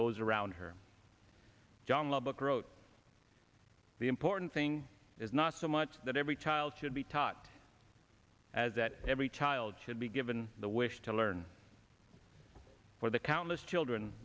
those around her john lubbock wrote the important thing is not so much that every child should be taught as that every child should be given the wish to learn for the countless children